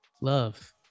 Love